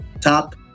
Top